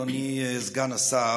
אדוני סגן השר,